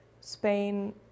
Spain